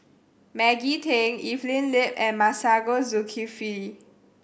Maggie Teng Evelyn Lip and Masagos Zulkifli